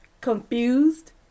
confused